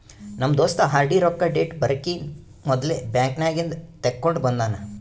ನಮ್ ದೋಸ್ತ ಆರ್.ಡಿ ರೊಕ್ಕಾ ಡೇಟ್ ಬರಕಿ ಮೊದ್ಲೇ ಬ್ಯಾಂಕ್ ನಾಗಿಂದ್ ತೆಕ್ಕೊಂಡ್ ಬಂದಾನ